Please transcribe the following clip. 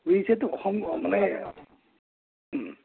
বুজিছেতো অসম মানে